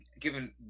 given